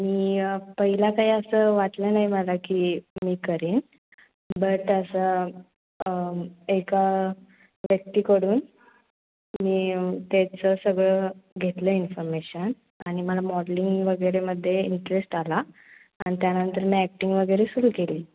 मी पहिला काही असं वाटलं नाही मला की मी करीन बट असं एका व्यक्तीकडून मी त्याचं सगळं घेतलं इन्फॉर्मेशन आणि मला मॉडलिंग वगैरेमध्ये इंटरेस्ट आला आणि त्यानंतर मी ॲक्टिंग वगैरे सुरू केली